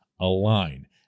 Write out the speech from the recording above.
align